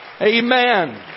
Amen